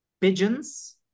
pigeons